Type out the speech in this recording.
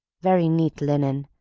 very neat linen,